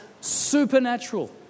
supernatural